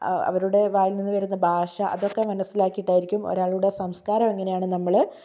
അവരുടെ വായിൽ നിന്ന് ഭാഷ അതൊക്കെ മനസിലാക്കിയിട്ടായിരിക്കും ഒരാളുടെ സംസ്കാരം എങ്ങനെയാണ് നമ്മള്